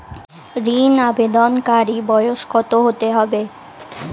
ঋন আবেদনকারী বয়স কত হতে হবে?